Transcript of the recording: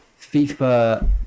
FIFA